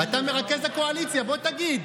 אתה מרכז הקואליציה, בוא תגיד.